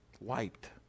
wiped